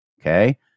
okay